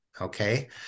okay